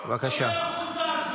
לא תמחק את הציוץ, אז תיזכר לדיראון עולם.